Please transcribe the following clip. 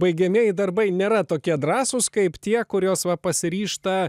baigiamieji darbai nėra tokie drąsūs kaip tie kuriuos va pasiryžta